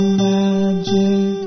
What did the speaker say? magic